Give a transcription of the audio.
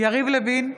יריב לוין,